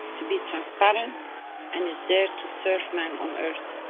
to be transparent and is there to serve man on earth,